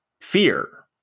fear